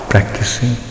practicing